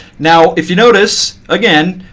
now, if you notice, again,